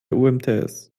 umts